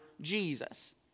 Jesus